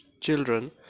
children